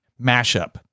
Mashup